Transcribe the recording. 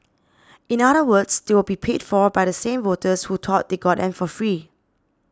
in other words they will be paid for by the same voters who thought they got them for free